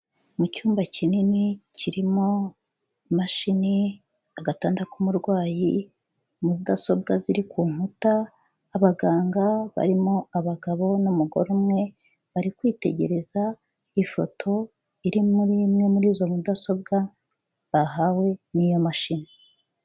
Mu cyumba kinini kirimo imashini, agatanda k'umurwayi, mudasobwa ziri ku nkuta, abaganga barimo abagabo n'umugore umwe bari kwitegereza ifoto iri muri imwe muri izo mudasobwa bahawe n'iyo mashini.